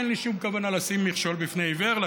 אין לי שום כוונה לשים מכשול בפני עיוור,